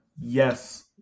Yes